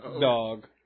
dog